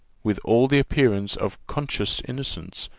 with all the appearance of conscious innocence,